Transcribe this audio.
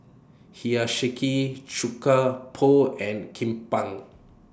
Hiyashi Chuka Pho and Kimbap